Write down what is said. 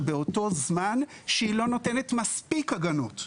באותו זמן שהיא לא נותנת מספיק הגנות,